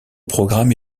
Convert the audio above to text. programme